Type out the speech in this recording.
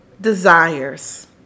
desires